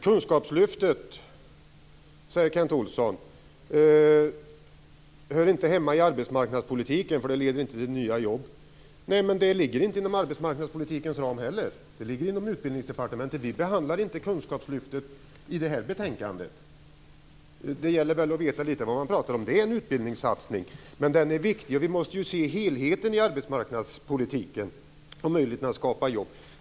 Kunskapslyftet hör inte hemma i arbetsmarknadspolitiken, säger Kent Olsson, därför att det leder inte till nya jobb. Nej, men det ligger inte heller inom arbetsmarknadspolitikens ram, utan det ligger inom Utbildningsdepartementet. Vi behandlar inte kunskapslyftet i detta betänkande. Det gäller att veta vad man pratar om. Det är en utbildningssatsning, men den är viktig. Vi måste se helheten i arbetsmarknadspolitiken och möjligheten att skapa jobb.